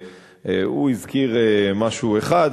הוא הזכיר דבר אחד,